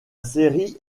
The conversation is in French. série